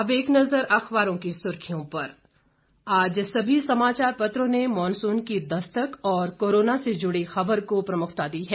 अब एक नजर अखबारों की सुर्खियों पर आज सभी समाचार पत्रों ने मानसून की दस्तक और कोरोना से जुड़ी खबर को प्रमुखता दी है